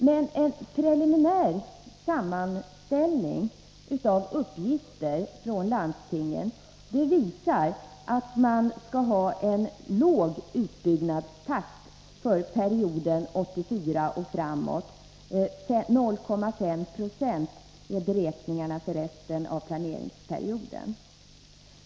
Men en preliminär sammanställning av uppgifter från landstingen visar att man skall ha en låg utbyggnadstakt för perioden från 1984 framåt; 0,5 70 är beräkningen för resten av planeringsperioden.